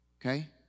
Okay